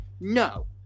No